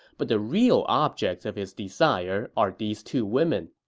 but the real objects of his desire are these two women.